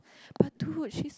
but dude she's